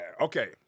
Okay